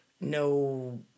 no